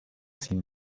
sin